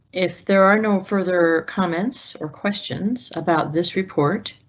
if there are no further comments or questions about this report,